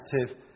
active